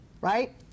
right